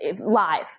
live